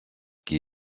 qui